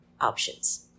options